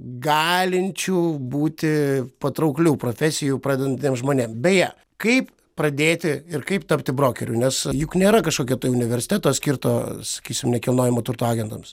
galinčių būti patrauklių profesijų pradedantiem žmonėm beje kaip pradėti ir kaip tapti brokeriu nes juk nėra kažkokio tai universiteto skirto sakysim nekilnojamo turto agentams